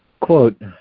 Quote